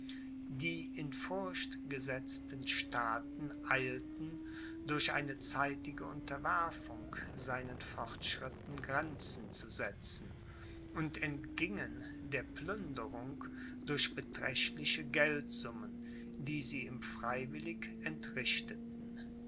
die in furcht gesetzten staaten eilten durch eine zeitige unterwerfung seinen fortschritten grenzen zu setzen und entgingen der plünderung durch beträchtliche geldsummen die sie ihm freiwillig entrichteten